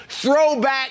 throwback